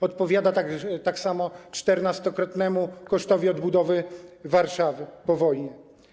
Odpowiada tak samo 14-krotnemu kosztowi odbudowy Warszawy po wojnie.